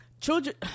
children